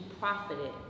profited